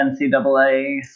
NCAA